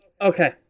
Okay